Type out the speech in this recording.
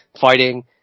fighting